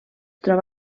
troba